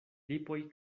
lipoj